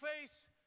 face